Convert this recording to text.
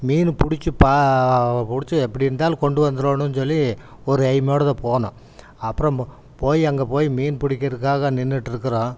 மீனு பிடுச்சி பா பிடுச்சி எப்படி இருந்தாலும் கொண்டு வந்துடணும் சொல்லி ஒரு எய்மோட தான் போனோம் அப்புறம் போய் அங்கே போய் மீன் பிடிக்கிறக்காக நின்றுட்டு இருக்கிறோம்